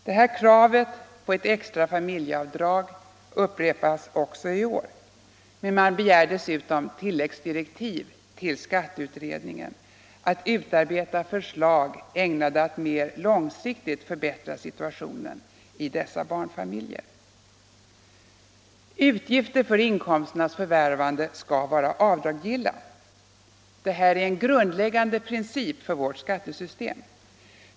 Detta krav på ett extra familjeavdrag upprepas också i år, men vi begär dessutom tilläggsdirektiv till skatteutredningen att utarbeta förslag, ägnade att mer långsiktigt förbättra situationen i dessa barnfamiljer. Utgifter för inkomsternas förvärvande skall vara avdragsgilla. Det är en grundläggande princip för vårt skattesystem.